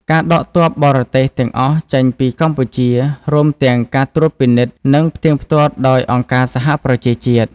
ការដកទ័ពបរទេសទាំងអស់ចេញពីកម្ពុជា រួមទាំងការត្រួតពិនិត្យ និងផ្ទៀងផ្ទាត់ដោយអង្គការសហប្រជាជាតិ។